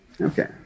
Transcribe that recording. okay